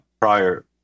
prior